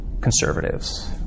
conservatives